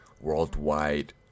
worldwide